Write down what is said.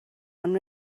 ond